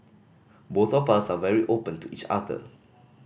both of us are very open to each other